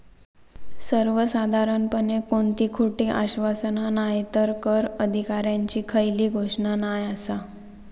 सर्वसाधारणपणे कोणती खोटी आश्वासना नायतर कर अधिकाऱ्यांची खयली घोषणा नाय आसा